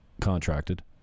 contracted